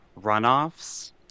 runoffs